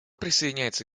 присоединяется